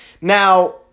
Now